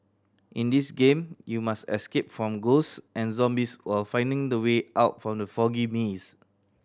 in this game you must escape from ghosts and zombies while finding the way out from the foggy maze